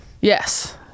yes